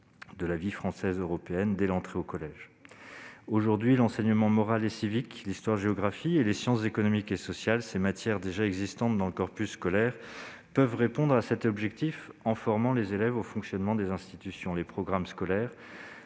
de la vie française et européenne dès l'entrée au collège. Aujourd'hui, l'enseignement moral et civique, l'histoire-géographie et les sciences économiques et sociales- matières déjà présentes dans le corpus scolaire - peuvent répondre à cet objectif, en formant les élèves au fonctionnement des institutions. Les programmes scolaires